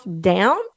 down